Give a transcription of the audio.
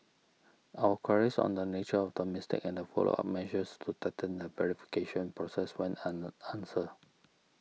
our queries on the nature of the mistake and the follow up measures to tighten the verification process went unanswered